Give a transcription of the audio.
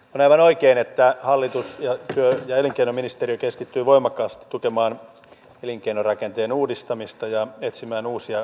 on aivan oikein että hallitus ja työ ja elinkeinoministeriö keskittyy voimakkaasti tukemaan elinkeinorakenteen uudistamista ja etsimään uusia kasvun lähteitä